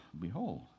behold